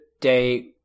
day